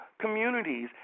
communities